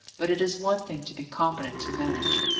but it is one thing to be competent to manage,